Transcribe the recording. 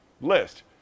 list